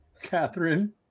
Catherine